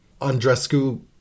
Andrescu